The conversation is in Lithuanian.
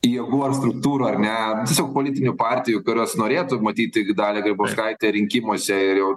jėgų ar struktūrų ar ne politinių partijų kurios norėtų matyti dalią grybauskaitę rinkimuose ir jau